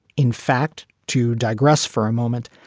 in fact, to digress for a moment,